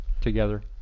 together